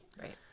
Right